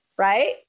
right